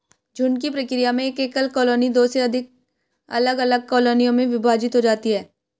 झुंड की प्रक्रिया में एक एकल कॉलोनी दो से अधिक अलग अलग कॉलोनियों में विभाजित हो जाती है